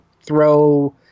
throw